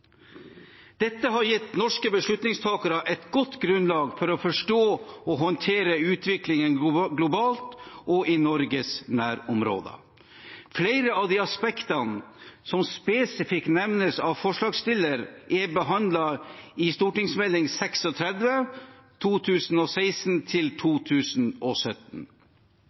håndtere utviklingen globalt og i Norges nærområder. Flere av de aspektene som spesifikt nevnes av forslagsstiller, er behandlet i